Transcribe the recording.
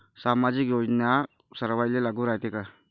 सामाजिक योजना सर्वाईले लागू रायते काय?